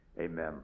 Amen